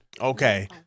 Okay